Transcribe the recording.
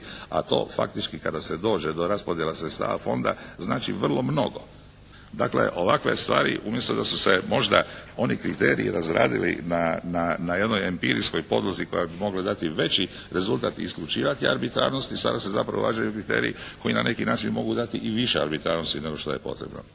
a to faktički kada se dođe do raspodjela sredstava Fonda znači vrlo mnogo. Dakle ovakve stvari umjesto da su se možda oni kriteriji razradili na jednoj empirijskoj podlozi koja bi mogla dati veći rezultat i isključivati arbitrarnost i sada se zapravo uvažuju kriteriji koji na neki način mogu dati i više arbitrarnosti nego što je potrebno.